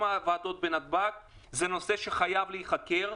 מעבדות בנתב"ג זה נושא שחייב להיחקר.